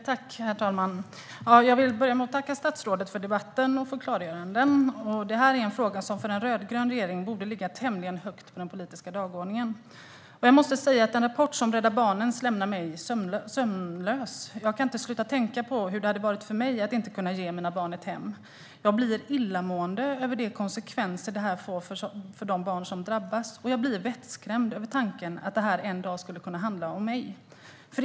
Herr talman! Jag vill tacka statsrådet för debatten och för klargöranden. Det här är en fråga som för en rödgrön regering borde ligga tämligen högt på den politiska dagordningen. Jag måste säga att en rapport som Rädda Barnens lämnar mig sömnlös. Jag kan inte sluta tänka på hur det hade varit för mig att inte kunna ge mina barn ett hem. Jag blir illamående av att tänka på de konsekvenser det kan få för de barn som drabbas, och jag blir vettskrämd av tanken att det här en dag skulle kunna handla om mig.